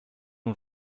nun